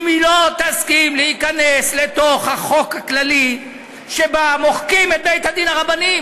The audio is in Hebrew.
אם היא לא תסכים להיכנס לתוך החוק הכללי שבו מוחקים את בית-הדין הרבני.